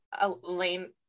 Elaine